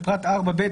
בפרט (4ב),